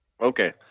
Okay